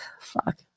fuck